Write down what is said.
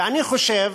אני חושב